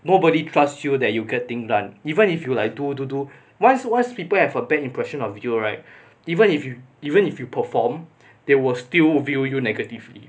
nobody trust you that you get things done even if you like to do do do once once people have a bad impression of you right even if you even if you perform they will still view you negatively